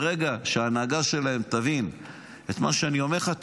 ברגע שההנהגה שלהם תבין את מה שאני אמר לך,